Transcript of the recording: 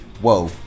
Whoa